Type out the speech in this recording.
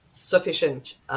sufficient